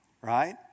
right